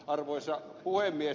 arvoisa puhemies